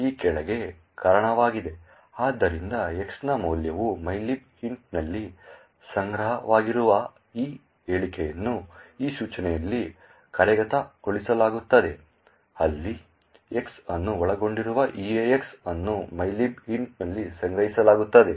ಆದ್ದರಿಂದ X ನ ಮೌಲ್ಯವು mylib int ನಲ್ಲಿ ಸಂಗ್ರಹವಾಗಿರುವ ಈ ಹೇಳಿಕೆಯನ್ನು ಈ ಸೂಚನೆಯಲ್ಲಿ ಕಾರ್ಯಗತಗೊಳಿಸಲಾಗುತ್ತದೆ ಅಲ್ಲಿ X ಅನ್ನು ಒಳಗೊಂಡಿರುವ EAX ಅನ್ನು mylib int ನಲ್ಲಿ ಸಂಗ್ರಹಿಸಲಾಗುತ್ತದೆ